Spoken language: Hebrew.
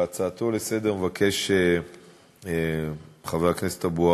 בהצעתו לסדר-היום מבקש חבר הכנסת אבו